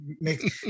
Make